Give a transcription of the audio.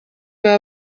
baba